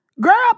Girl